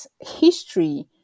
history